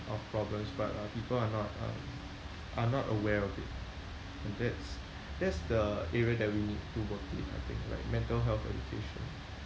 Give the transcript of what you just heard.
of problems but uh people are not uh are not aware of it and that's that's the area that we need to work with I think like mental health education